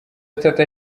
atatu